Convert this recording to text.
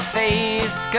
face